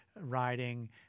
riding